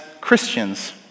Christians